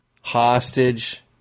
Hostage